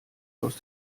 aus